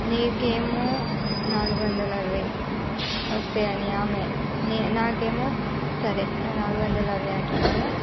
నీకు ఏమో నాలుగు వందల అరవై వస్తాయని ఆమె నాకు ఏమో సరే నువ్వు నాలుగు వందల అరవై అంటున్నావు కదా